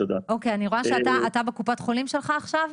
אני רואה שאתה בקופת החולים שלך עכשיו?